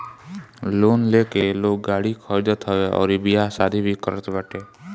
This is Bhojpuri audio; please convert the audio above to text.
लोन लेके लोग गाड़ी खरीदत हवे अउरी बियाह शादी भी करत बाटे